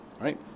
right